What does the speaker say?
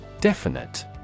Definite